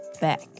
back